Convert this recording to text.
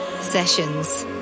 Sessions